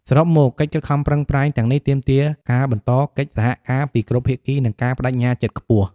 សរុបមក កិច្ចខិតខំប្រឹងប្រែងទាំងនេះទាមទារការបន្តកិច្ចសហការពីគ្រប់ភាគី និងការប្ដេជ្ញាចិត្តខ្ពស់។